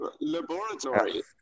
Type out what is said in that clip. laboratory